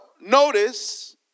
notice